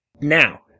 Now